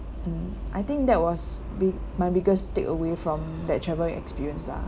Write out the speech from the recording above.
mm I think that was big my biggest takeaway from that travel experience lah